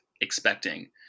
expecting